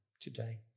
today